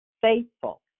Faithful